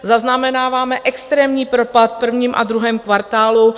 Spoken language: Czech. Zaznamenáváme extrémní propad v prvním a druhém kvartálu 2022.